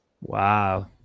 Wow